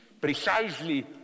precisely